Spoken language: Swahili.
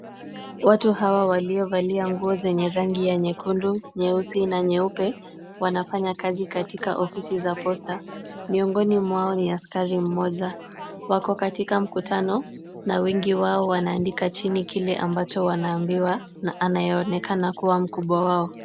Watu hawa waliovalia nguo zenye rangi ya nyekundu, nyeusi na nyeupe, wanafanya kazi katika ofisis za Posta. Miongoni mwao ni askari mmoja. Wako katika mkutano na wengi wao wanaandika chini kile ambacho wanaambiwa na anayeonekana kuwa mkubwa wao.